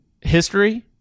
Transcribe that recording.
history